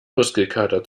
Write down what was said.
muskelkater